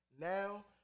now